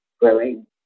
growing